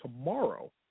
tomorrow